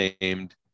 named